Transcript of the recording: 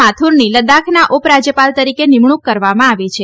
માથુરની લદ્દાખના ઉપરાજ્યપાલ તરીકે નિમણૂંક કરવામાં આવી છે